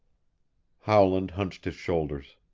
howland hunched his shoulders.